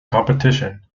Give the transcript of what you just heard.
competition